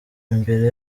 imbere